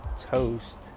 Toast